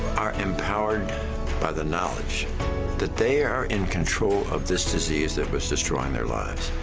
are empowered by the knowledge that they are in control of this disease that was destroying their lives.